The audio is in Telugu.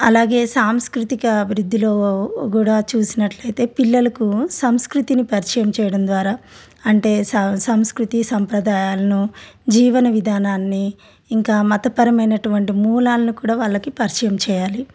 అలాగే సాంస్కృతిక అభివృద్ధిలో కూడా చూసినట్లయితే పిల్లలకు సంస్కృతిని పరిచయం చేయడం ద్వారా అంటే సా సంస్కృతి సంప్రదాయాలను జీవన విధానాన్ని ఇంకా మతపరమైనటువంటి మూలాాలను కూడా వాళ్ళకి పరిచయం చేయాలి